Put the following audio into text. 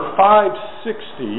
560